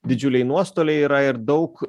didžiuliai nuostoliai yra ir daug